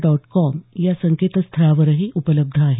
dot com या संकेतस्थळावरही उपलब्ध आहे